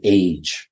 age